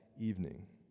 evening